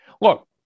look